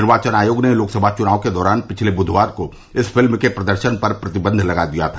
निर्वाचन आयोग ने लोकसभा चुनाव के दौरान पिछले बुधवार को इस फ़िल्म के प्रदर्शन पर प्रतिबंध लगा दिया था